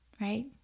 Right